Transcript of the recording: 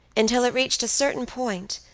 until it reached a certain point,